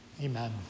Amen